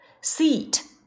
seat